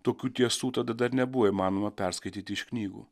tokių tiesų tada dar nebuvo įmanoma perskaityti iš knygų